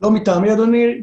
לא מטעמי, אדוני.